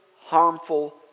harmful